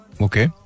Okay